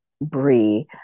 Bree